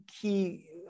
key